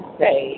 say